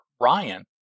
Ryan